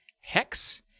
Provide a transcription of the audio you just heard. Hex